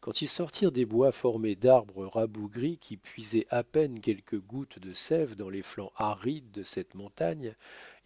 quand ils sortirent des bois formés d'arbres rabougris qui puisaient à peine quelques gouttes de sève dans les flancs arides de cette montagne